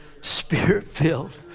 Spirit-filled